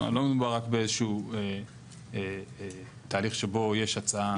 לא מדובר רק באיזשהו תהליך שבו יש הצעה מוגמרת לחלוטין.